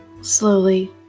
slowly